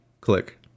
click